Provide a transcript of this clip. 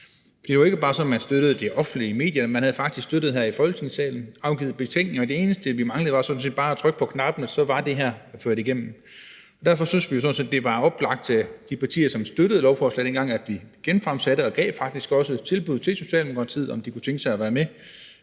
Det var jo ikke bare sådan, at man støttede det offentligt i medierne; man havde faktisk støttet det her i Folketingssalen, man havde afgivet betænkning, og det eneste, vi manglede, var sådan set bare at trykke på knappen, og så var det her ført igennem. Derfor syntes vi sådan set, det var oplagt, altså de partier, som støttede lovforslaget dengang, at vi genfremsatte, og vi gav faktisk også tilbuddet til Socialdemokratiet, om de kunne tænke sig at være med,